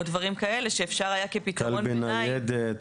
או דברים כאלה שאפשר היה כפתרון ביניים קלפי ניידת.